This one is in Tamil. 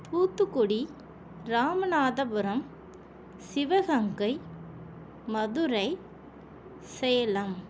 தூத்துக்குடி ராமநாதபுரம் சிவகங்கை மதுரை சேலம்